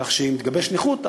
כך שאם תתגבש נכות,